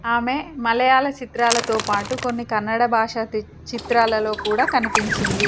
ఆమె మలయాళ చిత్రాలతో పాటు కొన్ని కన్నడ భాష చిత్రాలలో కూడా కనిపించింది